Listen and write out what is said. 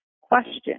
question